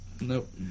Nope